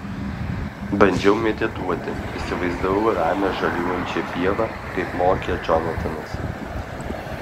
bandžiau medituoti įsivaizdavau ramią žaliuojančią pievą kaip mokė džonatanas